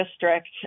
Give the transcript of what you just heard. district